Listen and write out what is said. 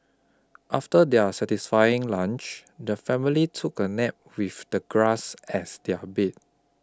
after their satisfying lunch the family took a nap with the grass as their bed